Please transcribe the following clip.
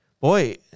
Boy